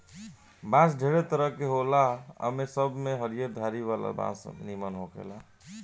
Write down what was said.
बांस ढेरे तरह के होला आ ए सब में हरियर धारी वाला बांस निमन होखेला